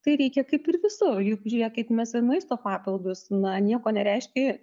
tai reikia kaip ir visur juk žiūrėkit mes ir maisto papildus na nieko nereiškia